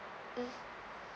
mm